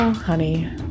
honey